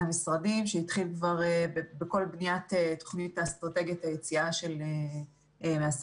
המשרדים שהתחיל כבר בכל בניית תוכנית אסטרטגיית היציאה מהסגר.